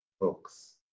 books